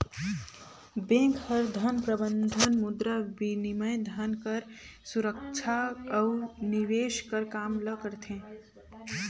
bank हर धन प्रबंधन, मुद्राबिनिमय, धन कर सुरक्छा अउ निवेस कर काम ल करथे